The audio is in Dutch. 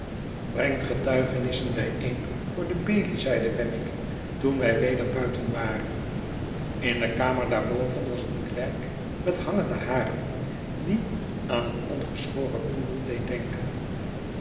brengt getuigenis bijeen voor de bailey zeide wemmick toen wij weder buiten waren in de kamer daarboven was een klerk met hangende haren die aan een ongeschoren poedel deed denken